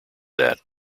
that